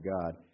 God